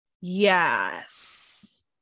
Yes